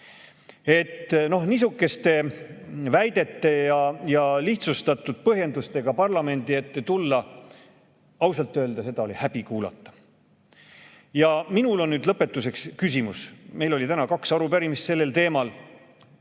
suurem. Niisuguste väidete ja lihtsustatud põhjendustega parlamendi ette tulla, ausalt öelda, seda oli häbi kuulata. Minul on nüüd lõpetuseks küsimus. Meil oli täna kaks arupärimist sellel teemal